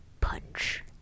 punch